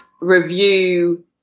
review